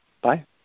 Bye